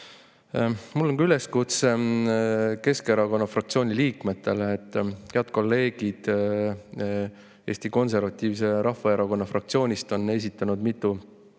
Mul on üleskutse Keskerakonna fraktsiooni liikmetele. Head kolleegid! Eesti Konservatiivse Rahvaerakonna fraktsioon esitas mitu